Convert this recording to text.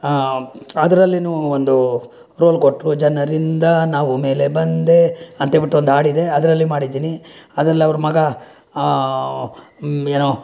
ಅದ್ರಲ್ಲಿನೂ ಒಂದು ರೋಲ್ ಕೊಟ್ರು ಜನರಿಂದ ನಾವು ಮೇಲೆ ಬಂದೆ ಅಂಥೇಳ್ಬಿಟ್ಟು ಒಂದು ಹಾಡಿದೆ ಅದರಲ್ಲಿ ಮಾಡಿದ್ದೀನಿ ಅದರಲ್ಲಿ ಅವರ ಮಗ ಏನೋ